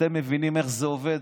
אתם מבינים איך זה עובד?